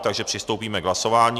Takže přistoupíme k hlasování.